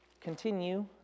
Continue